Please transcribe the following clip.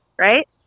Right